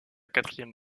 quatrième